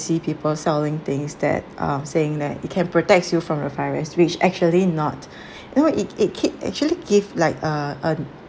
see people selling things that uh saying that it can protects you from the virus which actually not you know it it keep actually give like uh uh